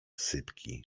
sypki